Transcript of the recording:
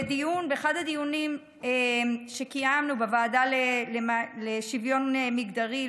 באחד הדיונים שקיימנו בוועדה לשוויון מגדרי,